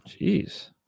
Jeez